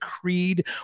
creed